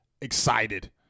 excited